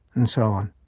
and so on.